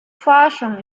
forschung